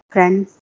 Friends